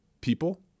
people